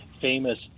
famous